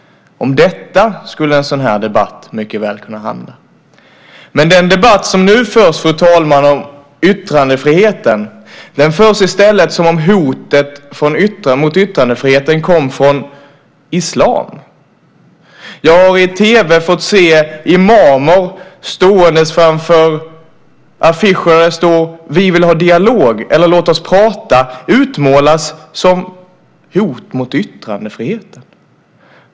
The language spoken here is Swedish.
Om detta skulle en sådan här debatt mycket väl kunna handla. Men den debatt som nu förs, fru talman, om yttrandefriheten, förs i stället som om hotet mot yttrandefriheten kom från islam. Jag har i tv fått se imamer stående framför affischer där det står "Vi vill ha dialog" eller "Låt oss prata" utmålas som ett hot mot yttrandefriheten.